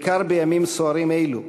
בעיקר בימים סוערים אלו,